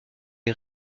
est